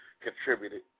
contributed